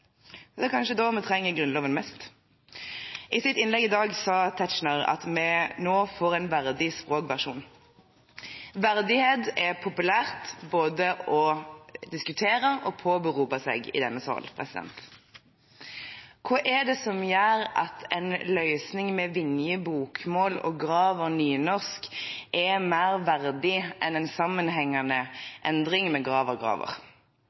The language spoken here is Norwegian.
Det er kanskje da vi trenger Grunnloven mest. I sitt innlegg i dag sa Tetzschner at vi nå får en verdig språkversjon. Verdighet er populært både å diskutere og å påberope seg i denne salen. Hva er det som gjør at en løsning med Vinje-bokmål og Graver-nynorsk er mer verdig enn en sammenhengende endring med